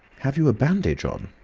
have you a bandage on?